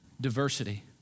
diversity